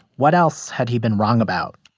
what else had he been wrong about?